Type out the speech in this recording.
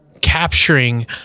capturing